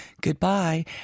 Goodbye